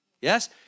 Yes